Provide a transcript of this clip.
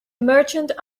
merchant